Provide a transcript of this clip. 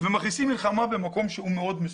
ומכניסים מלחמה במקום שהוא מאוד מסוכן.